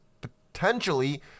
potentially